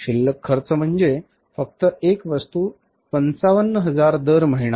शिल्लक खर्च म्हणजे फक्त एक वस्तू 55000 दर महिना